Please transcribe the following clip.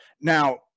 now